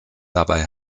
dabei